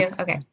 okay